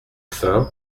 faim